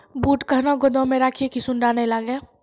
बूट कहना गोदाम मे रखिए की सुंडा नए लागे?